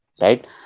right